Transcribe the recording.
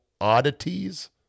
oddities